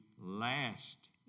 last